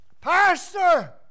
pastor